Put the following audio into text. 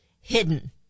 hidden